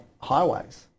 highways